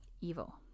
evil